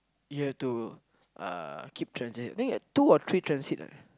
you have to uh keep transit think at two or three transit ah